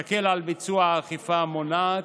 יקל ביצוע האכיפה המונעת,